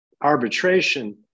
arbitration